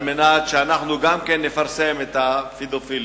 על מנת שגם אנחנו נפרסם את הפדופילים.